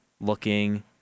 looking